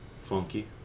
Funky